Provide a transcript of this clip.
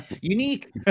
unique